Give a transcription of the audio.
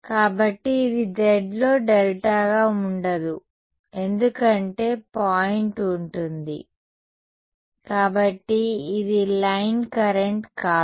కాబట్టి ఇది z లో డెల్టాగా ఉండదు ఎందుకంటే పాయింట్ ఉంటుంది కాబట్టి ఇది లైన్ కరెంట్ కాదు